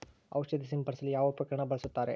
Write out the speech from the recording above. ಔಷಧಿ ಸಿಂಪಡಿಸಲು ಯಾವ ಉಪಕರಣ ಬಳಸುತ್ತಾರೆ?